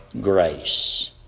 grace